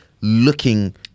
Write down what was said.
looking